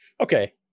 Okay